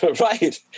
Right